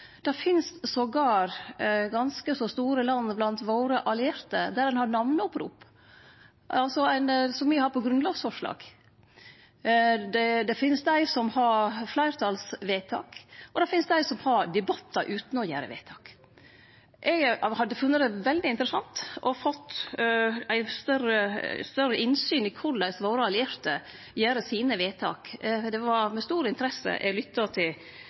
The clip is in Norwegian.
Det finst til og med ganske så store land blant våre allierte der ein har namneopprop, altså slik me har på grunnlovsforslag. Det finst dei som har fleirtalsvedtak, og det finst dei som har debattar utan å fatte vedtak. Eg hadde funne det veldig interessant å ha fått eit større innsyn i korleis våre allierte fattar vedtaka sine. Det var med stor interesse eg lytta til